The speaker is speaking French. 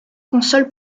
console